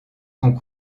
sont